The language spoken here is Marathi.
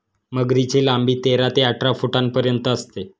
मगरीची लांबी तेरा ते अठरा फुटांपर्यंत असते